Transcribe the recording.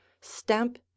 stamp